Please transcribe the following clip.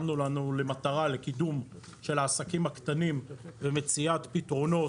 שמנו לנו למטרה את קידום העסקים הקטנים ומציאת פתרונות,